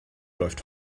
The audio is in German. läuft